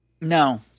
No